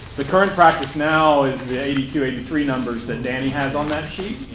the current practice now is the eighty two eighty three numbers that danny has on that sheet,